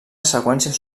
seqüències